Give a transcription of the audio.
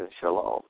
Shalom